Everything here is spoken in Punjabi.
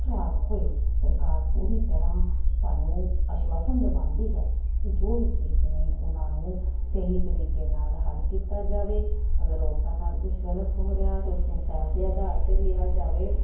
ਖ਼ਰਾਬ ਹੋਏ ਸਰਕਾਰ ਪੂਰੀ ਤਰ੍ਹਾਂ ਸਾਨੂੰ ਆਸ਼ਵਾਸਨ ਦਵਾਉਂਦੀ ਹੈ ਕਿ ਜੋ ਵੀ ਕੇਸ ਨੇ ਉਨ੍ਹਾਂ ਨੂੰ ਸਹੀ ਤਰੀਕੇ ਨਾਲ ਹੱਲ ਕੀਤਾ ਜਾਵੇ ਅਗਰ ਔਰਤਾਂ ਨਾਲ ਕੁਛ ਗਲਤ ਹੋ ਰਿਹਾ ਤਾਂ ਉਸਨੂੰ ਪਹਿਲ ਦੇ ਅਧਾਰ 'ਤੇ ਲਿਆ ਜਾਵੇ